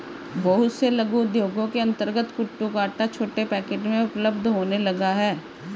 बहुत से लघु उद्योगों के अंतर्गत कूटू का आटा छोटे पैकेट में उपलब्ध होने लगा है